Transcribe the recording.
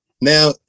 Now